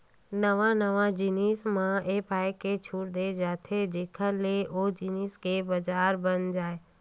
नवा नवा जिनिस म ए पाय के छूट देय जाथे जेखर ले ओ जिनिस के बजार बन जाय